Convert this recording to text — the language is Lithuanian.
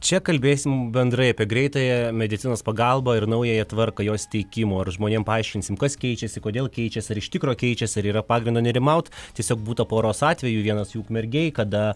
čia kalbėsim bendrai apie greitąją medicinos pagalbą ir naująją tvarką jos teikimo ar žmonėm paaiškinsim kas keičiasi kodėl keičias ar iš tikro keičias ar yra pagrindo nerimaut tiesiog būta poros atvejų vienas jų ukmergėj kada